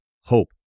Hope